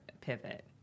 pivot